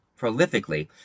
prolifically